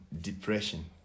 depression